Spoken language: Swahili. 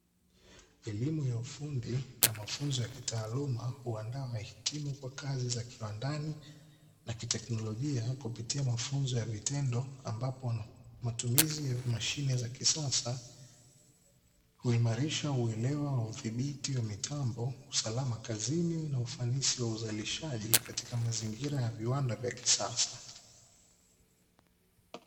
Elimu ya ufundi na mafunzo ya kitaaluma, huandaa mahitimu kwa kazi za kiwandani na teknolojia, kupitia mafunzo ya vitendo ambapo matumizi ya mashine za kisasa huimarisha uelewa wa udhibiti wa mitambo, usalama kazini, na ufanisi wa uzalishaji katika mazingira ya viwanda vya kisasa.